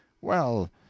Well